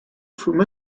through